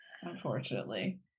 unfortunately